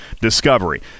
Discovery